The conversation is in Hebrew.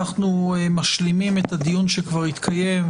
אנחנו משלימים את הדיון שכבר התקיים,